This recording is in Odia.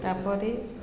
ତା'ପରେ